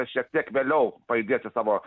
šiek tiek vėliau pajudės į savo